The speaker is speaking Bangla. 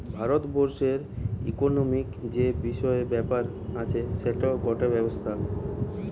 ভারত বর্ষের ইকোনোমিক্ যে বিষয় ব্যাপার আছে সেটার গটে ব্যবস্থা